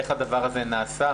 איך הדבר הזה נעשה?